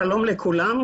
שלום לכולם.